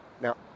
Now